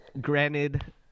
Granted